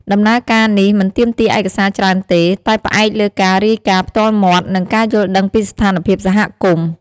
ដំណើរការនេះ មិនទាមទារឯកសារច្រើនទេ តែផ្អែកលើការរាយការណ៍ផ្ទាល់មាត់ និងការយល់ដឹងពីស្ថានភាពសហគមន៍។